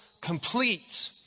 complete